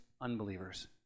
unbelievers